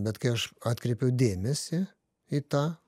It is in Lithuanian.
bet kai aš atkreipiau dėmesį į tą